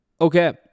Okay